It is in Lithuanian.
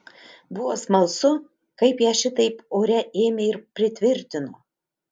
buvo smalsu kaip ją šitaip ore ėmė ir pritvirtino